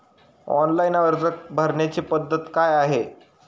Online अर्ज भरण्याची पद्धत काय आहे?